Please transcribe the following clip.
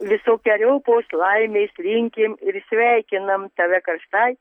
visokeriopos laimės linkim ir sveikinam tave karštai